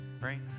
Right